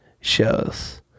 shows